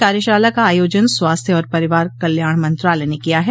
कार्यशाला का आयोजन स्वास्थ्य और परिवार कल्याण मंत्रालय न किया है